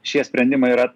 šie sprendimai yra